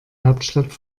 hauptstadt